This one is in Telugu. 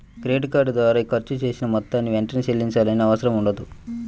క్రెడిట్ కార్డు ద్వారా ఖర్చు చేసిన మొత్తాన్ని వెంటనే చెల్లించాల్సిన అవసరం ఉండదు